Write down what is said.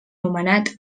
nomenat